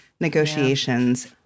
negotiations